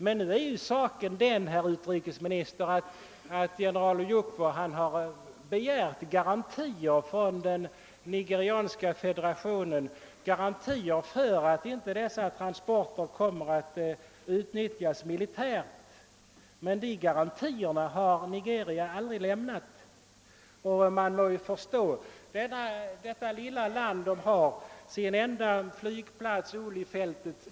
Men saken är den, herr utrikesminister, att general Ojukwu har begärt garantier från den nigerianska federationen att dessa transporter inte kommer att utnyttjas militärt. Sådana garantier har Nigeria emellertid aldrig lämnat. Och man må förstå att det lilla kämpande Biafra inte har råd att riskera sin enda flygplats, Uhlifältet.